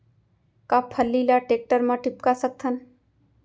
का फल्ली ल टेकटर म टिपका सकथन?